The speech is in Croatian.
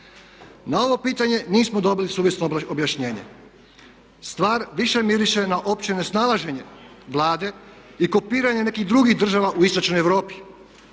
Na ovo pitanje nismo dobili suvislo objašnjenje. Stvar više miriše na opće nesnalaženje Vlade i kopiranje nekih drugih država u istočnoj Europi.